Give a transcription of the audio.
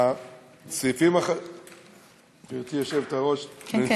הסעיפים, גברתי היושבת-ראש, כן, כן.